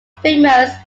famous